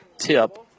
tip